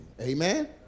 amen